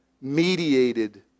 mediated